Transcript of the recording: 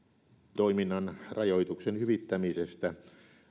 toiminnan rajoituksen hyvittämisestä